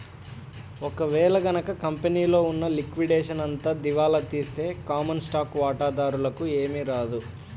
ఒక వేళ గనక కంపెనీలో ఉన్న లిక్విడేషన్ అంతా దివాలా తీస్తే కామన్ స్టాక్ వాటాదారులకి ఏమీ రాదు